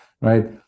right